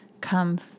come